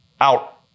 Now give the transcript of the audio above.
out